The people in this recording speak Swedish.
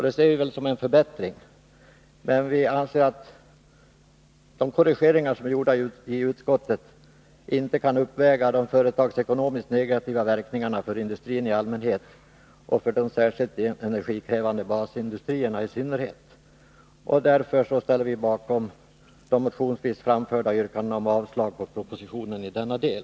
Det ser vi som en förbättring, men vi anser att de korrigeringar som är gjorda i utskottet inte kan uppväga de ekonomiskt negativa verkningarna för industrin i allmänhet och för de särskilt energikrävande basindustrierna i synnerhet. Därför ställer vi oss bakom de motionsvis framförda yrkandena om avslag på propositionen i denna del.